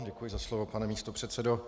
Děkuji za slovo, pane místopředsedo.